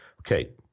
Okay